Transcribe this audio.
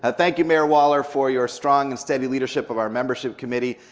ah thank you, mayor wahler, for your strong and steady leadership of our membership committee.